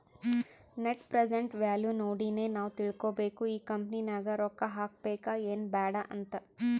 net present value ನೋಡಿನೆ ನಾವ್ ತಿಳ್ಕೋಬೇಕು ಈ ಕಂಪನಿ ನಾಗ್ ರೊಕ್ಕಾ ಹಾಕಬೇಕ ಎನ್ ಬ್ಯಾಡ್ ಅಂತ್